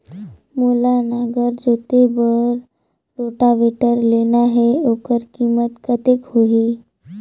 मोला नागर जोते बार रोटावेटर लेना हे ओकर कीमत कतेक होही?